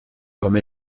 comme